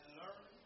learn